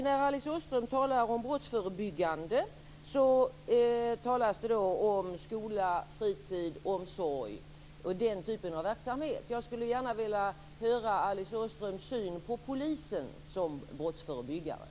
När Alice Åström talar om brottsförebyggande talar hon om skola, fritidsverksamhet, omsorg och den typen av verksamhet. Jag skulle gärna vilja höra Alice Åströms syn på polisen som brottsförebyggare.